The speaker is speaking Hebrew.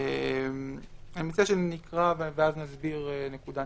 אני מציע שנקרא ונסביר נקודה-נקודה.